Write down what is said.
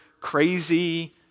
crazy